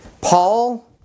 Paul